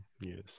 yes